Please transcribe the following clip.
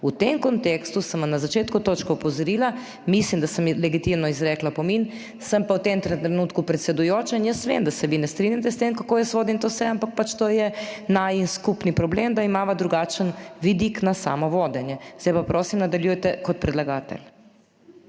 V tem kontekstu sem na začetku točke opozorila, mislim, da sem legitimno izrekla opomin. Sem pa v tem trenutku predsedujoča in jaz vem, da se vi ne strinjate s tem kako jaz vodim to sejo, ampak pač to je najin skupni problem, da imava drugačen vidik na samo vodenje. Zdaj pa prosim, nadaljujte kot predlagatelj.